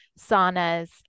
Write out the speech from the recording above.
saunas